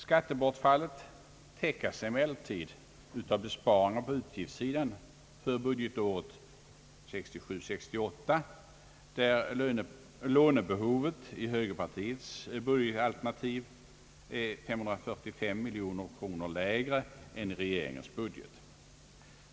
Skattebortfallet täckes emellertid av besparingar på utgiftssidan för budgetåret 1967/68, där lånebehovet i högerpartiets budgetalternativ ligger 545 miljoner kronor lägre än enligt regeringens budget.